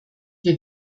wir